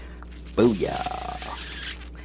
Booyah